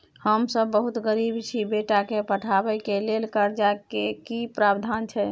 हम सब बहुत गरीब छी, बेटा के पढाबै के लेल कर्जा के की प्रावधान छै?